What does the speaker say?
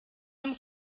dem